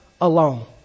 alone